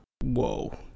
Whoa